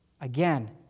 again